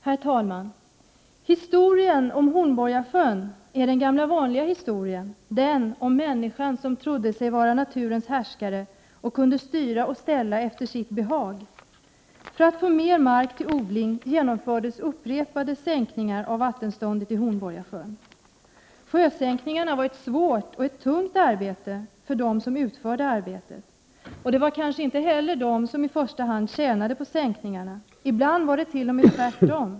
Herr talman! Historien om Hornborgasjön är den gamla vanliga historien — alltså den om människan som trodde sig vara naturens härskare och som kunde styra och ställa efter sitt behag. För att få mera mark till odling genomfördes upprepade sänkningar av vattenståndet i Hornborgasjön. Sjösänkningarna var ett svårt och tungt arbete för dem som utförde det. Det var kanske inte heller de som i första hand tjänade på sänkningarna. Ibland var det t.o.m. tvärtom.